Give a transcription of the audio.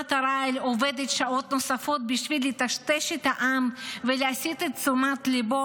מכונת הרעל עובדת שעות נוספות בשביל לטשטש את העם ולהסיט את תשומת ליבו